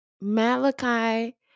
Malachi